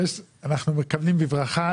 אנחנו מקבלים בברכה.